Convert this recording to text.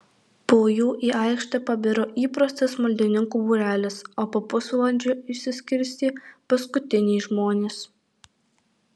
po jų į aikštę pabiro įprastas maldininkų būrelis o po pusvalandžio išsiskirstė paskutiniai žmonės